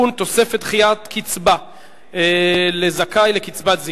תוספת דחיית קצבה לזכאי לקצבת זיקנה),